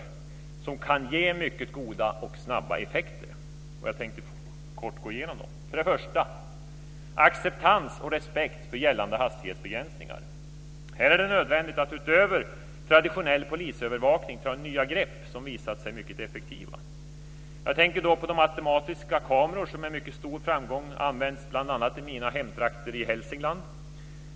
Sådana insatser kan ge mycket goda och snabba effekter. Jag ska kort gå igenom de fyra områdena. För det första krävs det acceptans och respekt för gällande hastighetsbegränsningar. Det är nödvändigt att utöver traditionell polisövervakning ta nya grepp, som visat sig mycket effektiva. Jag tänker på de automatiska kameror som med mycket stor framgång använts bl.a. i mina hemtrakter i Hälsingland.